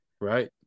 Right